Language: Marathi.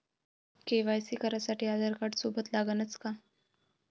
के.वाय.सी करासाठी आधारकार्ड सोबत लागनच का?